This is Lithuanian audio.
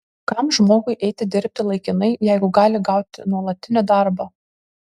kam žmogui eiti dirbti laikinai jeigu gali gauti nuolatinį darbą